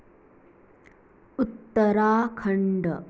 Uttarakhand